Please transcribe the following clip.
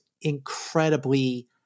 incredibly